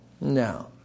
No